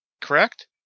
correct